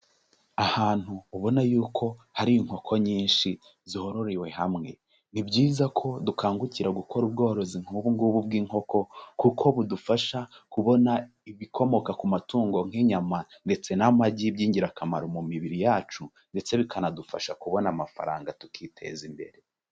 Ahantu ubona yuko hari inkoko nyinshi zororewe hamwe, ni byiza ko dukangukira gukora ubworozi nk'ubu ngubu bw'inkoko kuko budufasha kubona ibikomoka ku matungo nk'inyama ndetse n'amagi by'ingirakamaro mu mibiri yacu ndetse bikanadufasha kubona amafaranga tukiteza imbere.